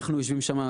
אנחנו יושבים שם,